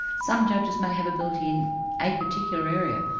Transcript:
some judges may have ability in a particular area,